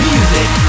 Music